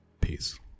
Peace